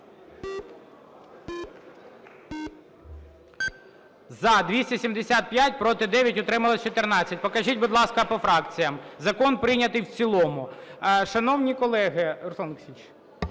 За-275 Проти – 9, утрималось – 14. Покажіть, будь ласка, по фракціям. Закон прийнятий в цілому. Шановні колеги… Руслан Олексійович.